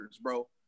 bro